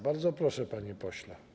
Bardzo proszę, panie pośle.